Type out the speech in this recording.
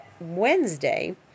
Wednesday